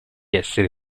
essere